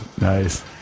Nice